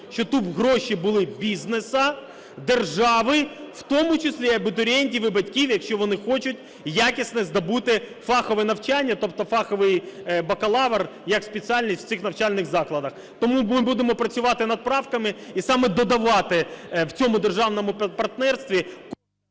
щоб тут гроші були бізнесу, держави, в тому числі і абітурієнтів і батьків, якщо вони хочуть якісне здобути фахове навчання, тобто фаховий бакалавр як спеціальність в цих навчальних закладах. Тому ми будемо працювати над правками і саме додавати в цьому державному партнерстві…